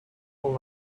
all